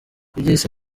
iby’isi